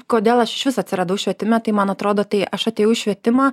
kodėl aš išvis atsiradau švietime tai man atrodo tai aš atėjau į švietimą